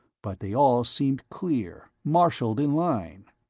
but they all seemed clear, marshaled in line.